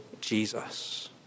Jesus